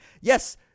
Yes